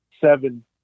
seven